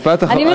משפט אחרון.